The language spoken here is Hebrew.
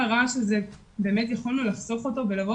היינו יכולים לחסוך את כל הרעש ולבוא